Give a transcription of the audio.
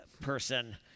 person